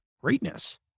greatness